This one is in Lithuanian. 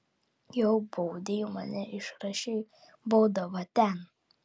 jau baudei mane išrašei baudą va ten